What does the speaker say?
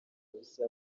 ubusa